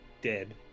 dead